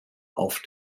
auf